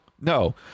no